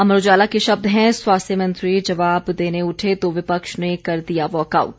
अमर उजाला के शब्द हैं स्वास्थ्य मंत्री जवाब देने उठे तो विपक्ष ने कर दिया वाकआउट